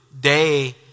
day